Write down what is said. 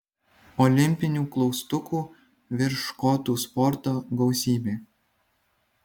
olimpinių klaustukų virš škotų sporto gausybė